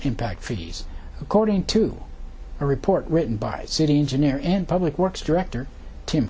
impact for years according to a report written by city engineer and public works director tim